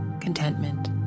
contentment